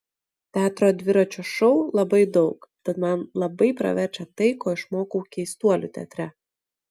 teatro dviračio šou labai daug tad man labai praverčia tai ko išmokau keistuolių teatre